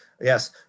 Yes